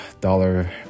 dollar